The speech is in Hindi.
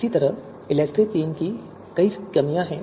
इसी तरह इलेक्ट्री III में भी कई कमियां हैं